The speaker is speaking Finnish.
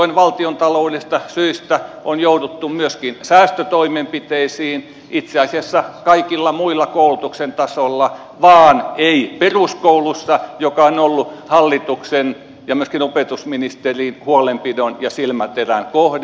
johtuen valtiontaloudellisista syistä on jouduttu myöskin säästötoimenpiteisiin itse asiassa kaikilla muilla koulutuksen tasoilla vaan ei peruskoulussa joka on ollut hallituksen ja myöskin opetusministerin huolenpidon ja silmäterän kohde